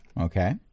Okay